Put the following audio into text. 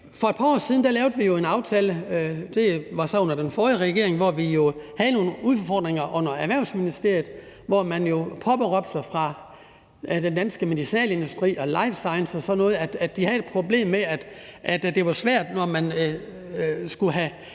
For et par år siden lavede vi jo en aftale, og det var så under den forrige regering, hvor vi jo havde nogle udfordringer under Erhvervsministeriet, hvor de fra den danske medicinalindustri og life science og sådan noget påberåbte sig, at de havde et problem med, at det var svært, når man skulle have